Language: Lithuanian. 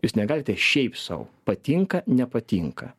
jūs negalite šiaip sau patinka nepatinka